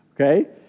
Okay